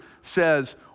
says